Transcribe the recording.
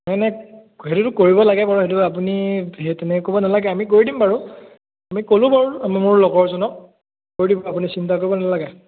নাই নাই সেইটোটো কৰিব লাগে বাৰু সেইটো আপুনি সেই তেনেকৈ ক'ব নালাগে আমি কৰি দিম বাৰু আমি ক'লোঁ বাৰু মোৰ লগৰজনক কৰি দিব আপুনি চিন্তা কৰিব নালাগে